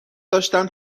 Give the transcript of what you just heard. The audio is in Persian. داشتم